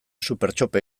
supertxope